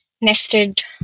nested